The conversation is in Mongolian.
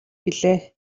билээ